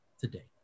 today